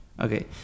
Okay